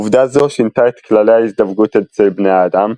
עובדה זו שינתה את כללי ההזדווגות אצל בני האדם,